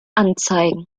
anzeigen